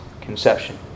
conception